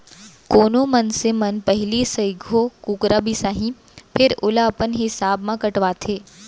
कोनो मनसे मन पहिली सइघो कुकरा बिसाहीं फेर ओला अपन हिसाब म कटवाथें